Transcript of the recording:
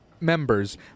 members